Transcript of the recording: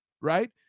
Right